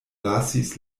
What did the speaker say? lasis